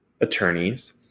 attorneys